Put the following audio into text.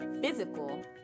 physical